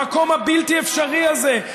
למקום הבלתי-אפשרי הזה,